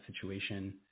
situation